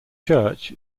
church